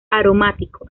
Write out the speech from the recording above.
aromático